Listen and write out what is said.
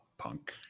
punk